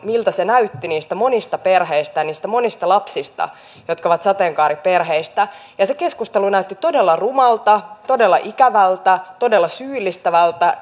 miltä se näytti niistä monista perheistä ja niistä monista lapsista jotka ovat sateenkaariperheistä se keskustelu näytti todella rumalta todella ikävältä todella syyllistävältä